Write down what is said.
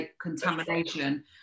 contamination